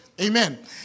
Amen